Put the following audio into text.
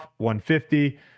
150